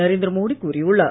நரேந்திர மோடி கூறியுள்ளார்